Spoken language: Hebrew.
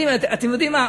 אתם יודעים מה?